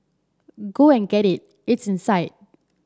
go and get it it's inside